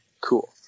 Cool